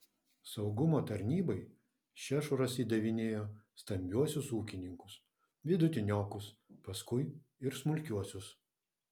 saugumo tarnybai šešuras įdavinėjo stambiuosius ūkininkus vidutiniokus paskui ir smulkiuosius